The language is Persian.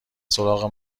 سراغ